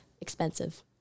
Expensive